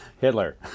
Hitler